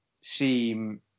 seem